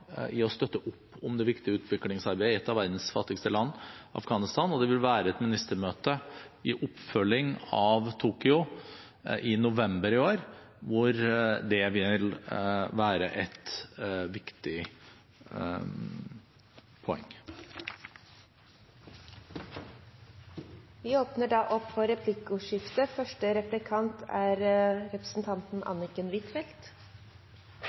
i å støtte opp om det viktige utviklingsarbeidet i et av verdens fattigste land, Afghanistan, og det vil være et ministermøte i oppfølging av Tokyo i november i år, hvor det vil være et viktig poeng. Det blir replikkordskifte.